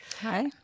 Hi